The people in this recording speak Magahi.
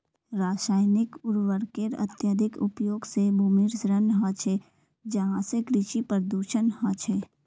रासायनिक उर्वरकेर अत्यधिक उपयोग से भूमिर क्षरण ह छे जहासे कृषि प्रदूषण ह छे